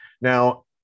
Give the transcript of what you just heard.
Now